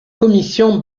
commission